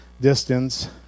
distance